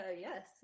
yes